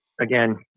again